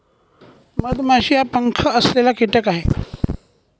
मधमाशी हा पंख असलेला कीटक आहे